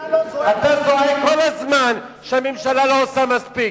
אתה זועק כל הזמן שהממשלה לא עושה מספיק.